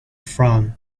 from